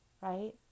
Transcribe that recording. right